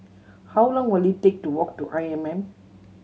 how long will it take to walk to I M M